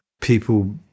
people